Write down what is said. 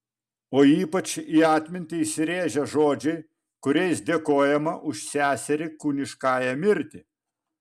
o ypač į atmintį įsirėžia žodžiai kuriais dėkojama už seserį kūniškąją mirtį